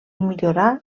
millorar